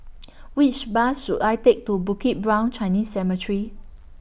Which Bus should I Take to Bukit Brown Chinese Cemetery